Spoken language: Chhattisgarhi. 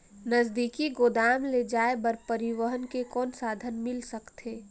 नजदीकी गोदाम ले जाय बर परिवहन के कौन साधन मिल सकथे?